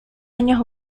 años